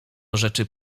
rzeczy